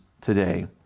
today